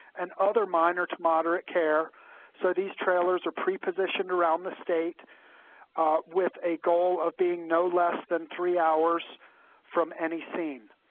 and other minor to moderate care so these trailers are prepositioned around the state with a goal of being no less than three hours from any scene.